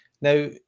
now